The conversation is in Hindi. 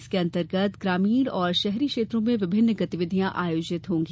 इसके अंतर्गत ग्रामीण और शहरी क्षेत्रों में विभिन्न गतिविधियां आयोजित होंगी